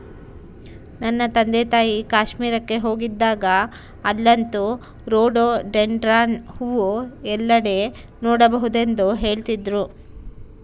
ನನ್ನ ತಂದೆತಾಯಿ ಕಾಶ್ಮೀರಕ್ಕೆ ಹೋಗಿದ್ದಾಗ ಅಲ್ಲಂತೂ ರೋಡೋಡೆಂಡ್ರಾನ್ ಹೂವು ಎಲ್ಲೆಡೆ ನೋಡಬಹುದೆಂದು ಹೇಳ್ತಿದ್ರು